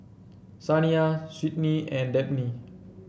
Saniyah Sydni and Dabney